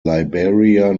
liberia